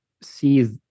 see